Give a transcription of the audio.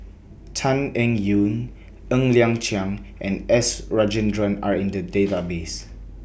Tan Eng Yoon Ng Liang Chiang and S Rajendran Are in The Database